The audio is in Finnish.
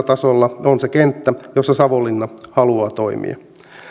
tasolla on se kenttä jolla savonlinna haluaa toimia